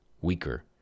weaker